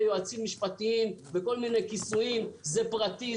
יועצים משפטיים בכל מיני כיסויים: זה פרטי,